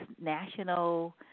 national